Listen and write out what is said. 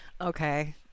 Okay